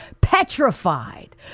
petrified